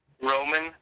Roman